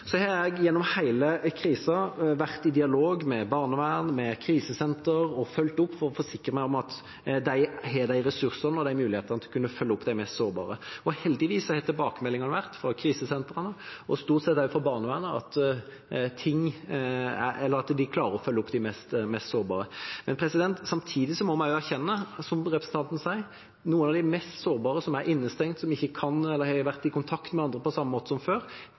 har gjennom hele krisen vært i dialog med barnevern og krisesentre og fulgt opp for å forsikre meg om at de har ressurser og muligheter til å kunne følge opp de mest sårbare. Heldigvis har tilbakemeldingene fra krisesentrene og stort sett også fra barnevernet vært at de klarer å følge opp de mest sårbare. Samtidig må vi erkjenne, som representanten sier, at noen av de mest sårbare, som er innestengt, og som ikke har vært i kontakt med andre på samme måte som før,